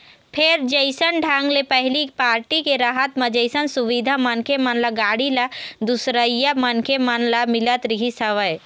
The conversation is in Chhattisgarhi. फेर जइसन ढंग ले पहिली पारटी के रहत म जइसन सुबिधा मनखे मन ल, गाड़ी ल, दूसरइया मनखे मन ल मिलत रिहिस हवय